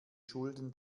schulden